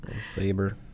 Saber